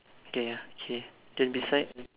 okay ya okay then beside